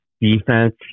defense